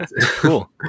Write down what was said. Cool